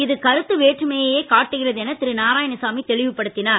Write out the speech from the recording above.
இது கருத்து வேற்றுமையையே காட்டுகிறது என திரு நாராயணசாமி தெளிவு படுத்தினார்